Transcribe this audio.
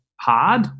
hard